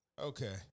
Okay